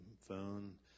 phone